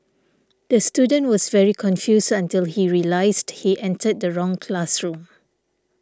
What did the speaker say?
the student was very confused until he realised he entered the wrong classroom